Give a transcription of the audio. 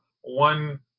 one